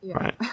Right